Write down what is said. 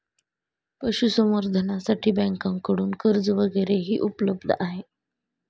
पशुसंवर्धनासाठी बँकांकडून कर्ज वगैरेही उपलब्ध आहे